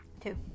two